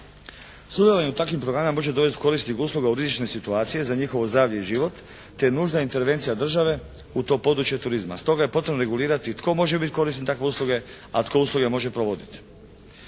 Sudjelovanjem u takvim programima može …/Govornik se ne razumije./… korisnih usluga u rizične situacije za njihovo zdravlje i život te je nužna intervencija države u to područje turizma, stoga je potrebno regulirati tko može biti korisnik takve usluge, a tko usluge može provoditi.